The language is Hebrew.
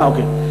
אוקיי.